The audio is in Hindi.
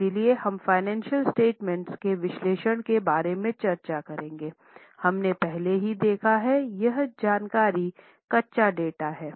इसलिए हम फ़ाइनेंशियल स्टेटमेंट के विश्लेषण के बारे में चर्चा करेंगे हमने पहले ही देखा है यह जानकारी कच्चा डेटा है